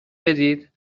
بدین